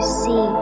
see